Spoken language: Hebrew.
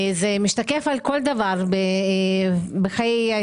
טטיאנה, בבקשה.